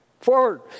Forward